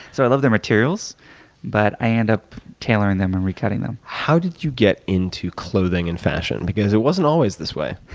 so i love the materials but i end up tailoring them and re-cutting them. how did you get into clothing and fashion? because it wasn't always this way.